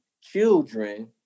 children